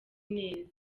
neza